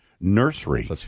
nursery